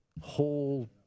whole